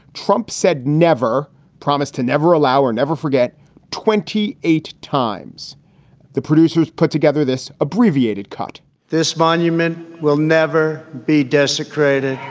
trump said never promised to never allow or never forget twenty eight times the producers put together this abbreviated cut this monument will never be desecrated